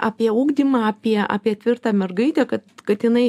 apie ugdymą apie apie tvirtą mergaitę kad kad jinai